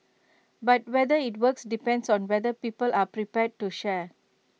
but whether IT works depends on whether people are prepared to share